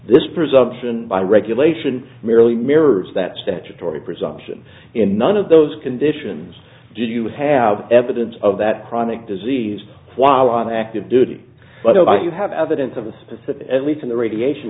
this presumption by regulation merely mirrors that statutory presumption in none of those conditions do you have evidence of that chronic disease while on active duty but i do you have evidence of a specific at least in the radiation